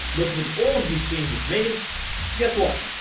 but with all of these changes made guess what?